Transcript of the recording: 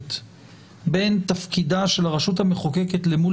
יסודית בין תפקידה של הרשות המחוקקת למול